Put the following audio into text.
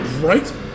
Right